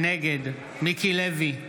נגד מיקי לוי,